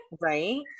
right